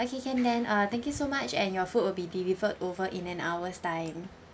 okay can then uh thank you so much and your food will be delivered over in an hour's time